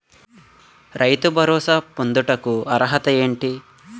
రైతు భరోసా పొందుటకు అర్హత ఏంటి?